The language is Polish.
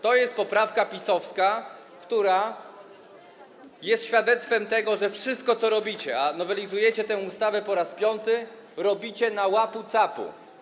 To poprawka PiS-owska, która jest świadectwem tego, że wszystko, co robicie - a nowelizujecie tę ustawę po raz piąty - robicie na łapu-capu.